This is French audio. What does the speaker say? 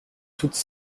toutes